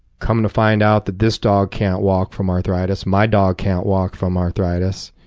come to find out that this dog can't walk from arthritis? my dog can't walk from arthritis.